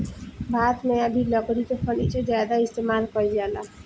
भारत मे आ भी लकड़ी के फर्नीचर ज्यादा इस्तेमाल कईल जाला